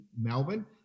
melbourne